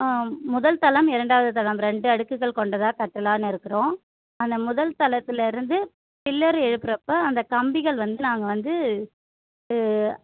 ஆ முதல் தளம் இரண்டாவது தளம் ரெண்டு அடுக்குகள் கொண்டதாக கட்டலாம்னு இருக்கிறோம் அந்த முதல் தளத்தில் இருந்து பில்லர் எழுப்புகிறப்ப அந்த கம்பிகள் வந்து நாங்கள் வந்து